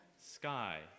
Sky